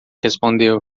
respondeu